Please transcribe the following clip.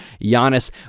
Giannis